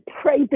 pray